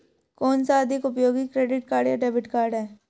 कौनसा अधिक उपयोगी क्रेडिट कार्ड या डेबिट कार्ड है?